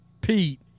Pete